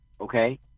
okay